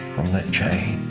from that chain.